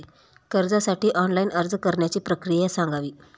कर्जासाठी ऑनलाइन अर्ज करण्याची प्रक्रिया सांगावी